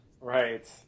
right